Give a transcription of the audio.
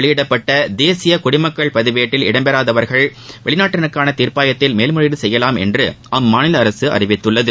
வெளியிடப்பட்ட தேசிய குடிமக்கள் பதிவேட்டில் இடம்பெறாதவர்கள் அசாமில் வெளிநாட்டினருக்கான தீர்ப்பாயத்தில் மேல் முறையீடு செய்யலாம் என அம்மாநில அரசு அறிவித்துள்ளது